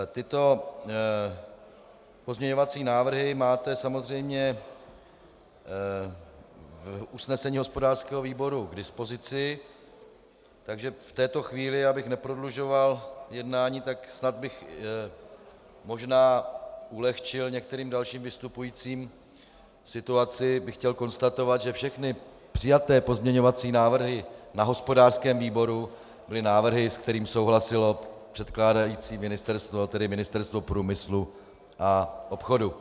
Tyto pozměňovací návrhy máte samozřejmě v usnesení hospodářského výboru k dispozici, takže v této chvíli, abych neprodlužoval jednání, tak snad bych možná ulehčil některým dalším vystupujícím situaci, bych chtěl konstatovat, že všechny přijaté pozměňovací návrhy na hospodářském výboru byly návrhy, s kterými souhlasilo předkládající ministerstvo, tedy Ministerstvo průmyslu a obchodu.